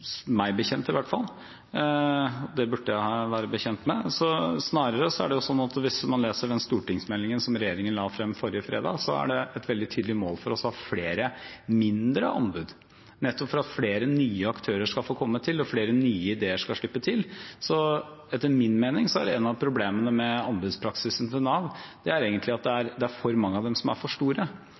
meg bekjent, i hvert fall, og det burde jeg vært bekjent med. Snarere er det sånn – hvis man leser stortingsmeldingen som regjeringen la frem forrige fredag – at det er et veldig tydelig mål for oss å ha flere mindre anbud, nettopp for at flere nye aktører skal få komme til og flere nye ideer slippe til. Etter min mening er et av problemene med anbudspraksisen til Nav at det er for mange av anbudene som er for store. Selv de som er små og har 20–30 plasser, er ofte for store